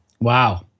Wow